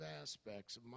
aspects